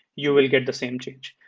you will get the same change.